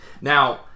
Now